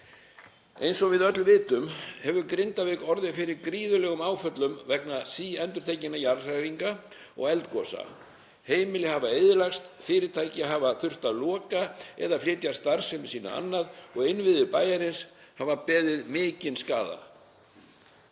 Eins og við öll vitum hefur Grindavík orðið fyrir gríðarlegum áföllum vegna síendurtekinna jarðhræringa og eldgosa. Heimili hafa eyðilagst. Fyrirtæki hafa þurft að loka eða flytja starfsemi sína annað og innviðir bæjarins hafa beðið mikinn skaða.